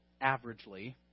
averagely